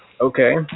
Okay